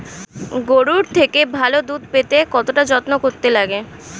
গরুর থেকে ভালো দুধ পেতে কতটা যত্ন করতে লাগে